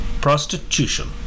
prostitution